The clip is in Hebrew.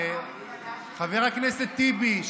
חבר הכנסת בוסו, תודה.